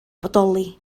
bodoli